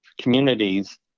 communities